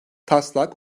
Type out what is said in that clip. taslak